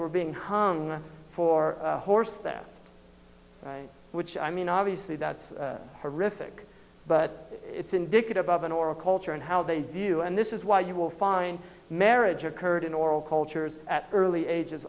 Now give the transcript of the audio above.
were being home for horse that which i mean obviously that's horrific but it's indicative of an oral culture and how they view and this is why you will find marriage occurred in oral cultures at early ages